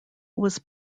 was